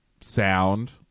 sound